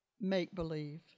make-believe